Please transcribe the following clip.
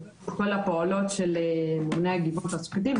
את כל הפעולות של ממוני הגיוון התעסוקתי,